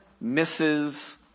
misses